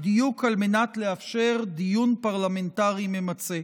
בדיוק על מנת לאפשר דיון פרלמנטרי ממצה.